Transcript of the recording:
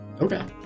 Okay